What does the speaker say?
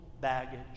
baggage